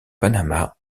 panama